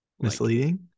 Misleading